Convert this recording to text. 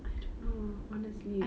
I don't know honestly